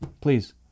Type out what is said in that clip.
please